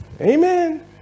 Amen